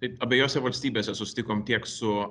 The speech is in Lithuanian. tai abiejose valstybėse susitikom tiek su